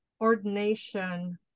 ordination